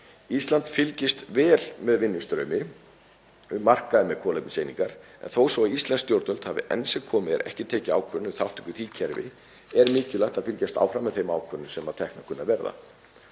Ísland fylgist vel með vinnustraumi um markaði með kolefniseiningar. Þó svo að íslensk stjórnvöld hafi enn sem komið er ekki tekið ákvörðun um þátttöku í því kerfi er mikilvægt að fylgjast áfram með þeim ákvörðunum sem teknar kunna að verða.